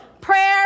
Prayer